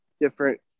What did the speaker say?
different